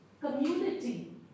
community